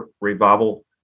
Revival